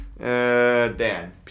Dan